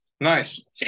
Nice